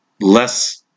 less